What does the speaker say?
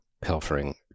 pilfering